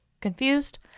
Confused